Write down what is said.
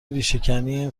ریشهکنی